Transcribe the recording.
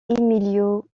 emilio